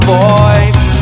voice